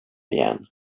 igen